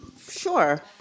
Sure